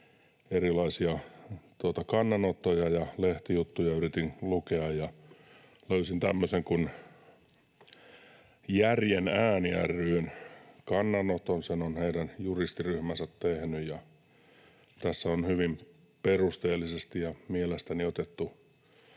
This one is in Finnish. erilaisia kannanottoja ja lehtijuttuja, löysin tämmöisen kuin Järjen ääni ry:n kannanoton. Sen on heidän juristiryhmänsä tehnyt, ja tässä on hyvin perusteellisesti mielestäni otettu